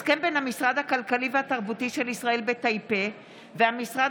הסכם בין המשרד הכלכלי והתרבותי של ישראל בטייפה למשרד